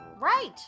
Right